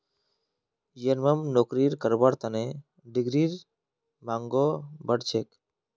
यनमम नौकरी करवार तने डिग्रीर मांगो बढ़ छेक